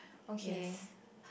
okay